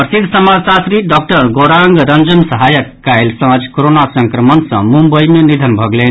प्रसिद्ध समाजशास्त्री डॉक्टर गौरांग रंजन सहायक काल्हि सांझ कोरोना संक्रमण सँ मुम्बई मे निधन भऽ गेलनि